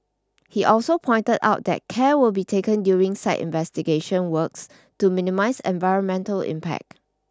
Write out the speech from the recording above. he also pointed out that care will be taken during site investigation works to minimise environmental impact